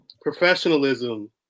professionalism